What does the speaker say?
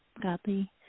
godly